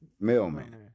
Mailman